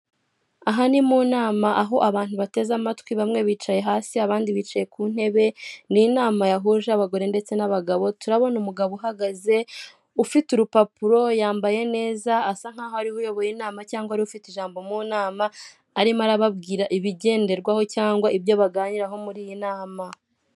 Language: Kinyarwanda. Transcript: Aha ni mu nama aho abantu bateze amatwi bamwe bicaye hasi abandi bicaye ku ntebe. Ni inama yahuje abagore ndetse n'abagabo turabona umugabo uhagaze ufite urupapuro yambaye neza, asa nkaho ariwe uyoboye inama cyangwa ariwe ufite ijambo mu nama arimo arababwira ibigenderwaho cyangwa ibyo baganiraho muri iyi nama.